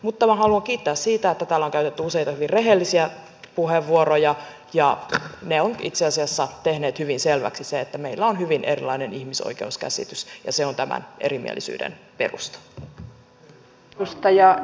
mutta minä haluan kiittää siitä että täällä on käytetty useita hyvin rehellisiä puheenvuoroja ja ne ovat itse asiassa tehneet hyvin selväksi sen että meillä on hyvin erilainen ihmisoikeuskäsitys ja se on tämän erimielisyyden perusta